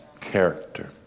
character